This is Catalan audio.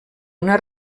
una